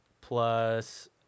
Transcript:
plus